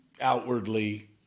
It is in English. outwardly